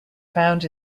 found